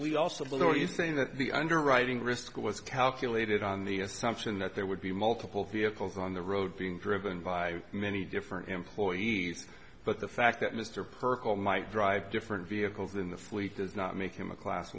we also believe anything that the underwriting risk was calculated on the assumption that there would be multiple vehicles on the road being driven by many different employees but the fact that mr perkel might drive different vehicles in the fleet does not make him a class